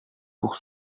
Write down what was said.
pour